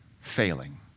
failing